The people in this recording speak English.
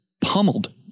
pummeled